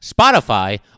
Spotify